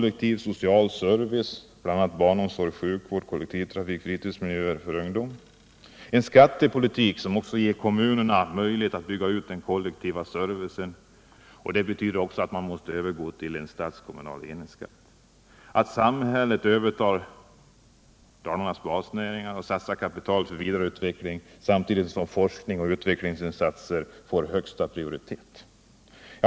— En skattepolitik som ger kommuner möjlighet att bygga ut den kollektiva servicen. Införandet av en statskommunal enhetsskatt. — Samhället övertar helt Dalarnas basnäringar och satsar kapital för utveckling, samtidigt som forskning och utvecklingsinsatser får högsta prioritet.